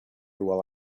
while